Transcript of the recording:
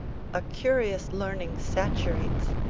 a curious learning saturates,